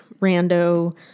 rando